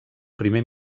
primer